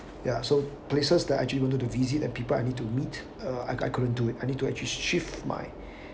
ya so places that I actually wanted to visit and people I need to meet uh I I couldn't do it I need to actually shift my